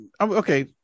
okay